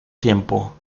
tiempo